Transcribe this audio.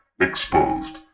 Exposed